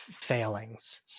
failings